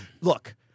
Look